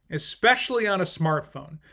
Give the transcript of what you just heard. especially on a smartphone.